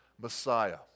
Messiah